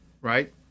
Right